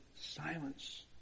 silence